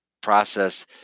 process